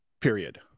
Period